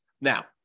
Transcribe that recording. Now